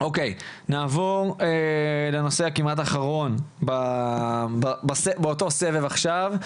נעבור לנושא הכמעט אחרון באותו סבב עכשיו,